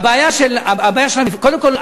קודם כול,